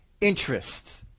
interest